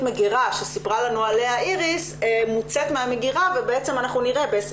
מגירה שסיפרה לנו עליה איריס מוצאת מהמגירה ובעצם ב-2021